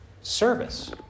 service